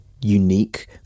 unique